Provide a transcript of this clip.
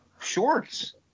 shorts